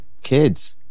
Kids